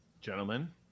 Gentlemen